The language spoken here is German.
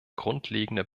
grundlegender